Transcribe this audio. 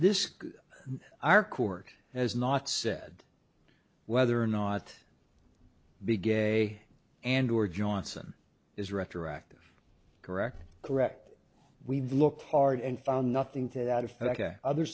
this our court has not said whether or not be gay and or johnson is retroactive correct correct we've looked hard and found nothing to that effect other